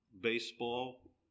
baseball